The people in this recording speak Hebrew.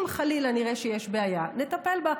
אני מבטיחה